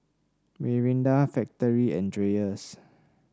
Mirinda Factorie and Dreyers